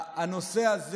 הנושא הזה